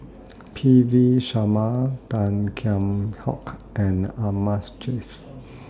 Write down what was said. P V Sharma Tan Kheam Hock and Ahmad's Jais